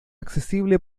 accesible